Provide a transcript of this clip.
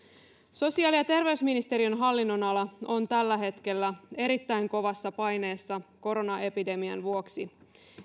sosiaali ja terveysministeriön hallinnonala on tällä hetkellä erittäin kovassa paineessa koronaepidemian vuoksi